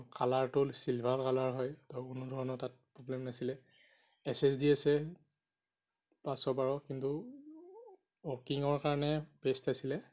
কালাৰটো silver colour হয় আৰু কোনো ধৰণৰ তাত প্ৰব্লেম নাছিলে এছ এছ ডি আছে পাঁচশ বাৰ কিন্তু ৱৰ্কিঙৰ কাৰণে বেষ্ট আছিলে